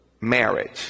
marriage